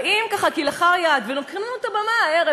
באים כלאחר יד ולוקחים לנו את הבמה הערב.